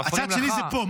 הצד שלי זה פה.